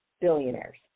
billionaires